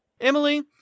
Emily